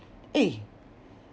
eh